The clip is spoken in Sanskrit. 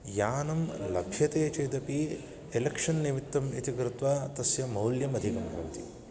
यानं लभ्यते चेदपि एलेक्षन् निमित्तम् इति कृत्वा तस्य मौल्यमधिकं भवति